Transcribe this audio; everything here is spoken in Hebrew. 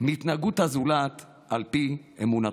מהתנהגות הזולת על פי אמונתו.